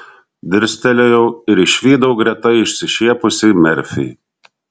dirstelėjau ir išvydau greta išsišiepusį merfį